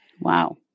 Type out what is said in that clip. Wow